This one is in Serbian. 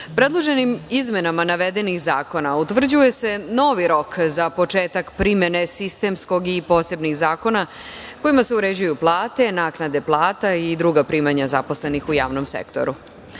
izmenama navedenih zakona utvrđuje se novi rok za početak primene sistemskog i posebnih zakona kojima se uređuju plate, naknade plata i druga primanja zaposlenih u javnom sektoru. Reforma